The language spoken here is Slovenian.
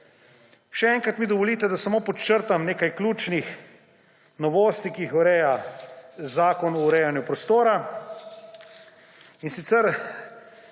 Še enkrat mi dovolite, da samo podčrtam nekaj ključnih novosti, ki jih ureja Zakon o urejanju prostora. Na